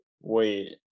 Wait